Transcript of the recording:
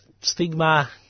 stigma